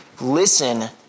listen